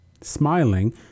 Smiling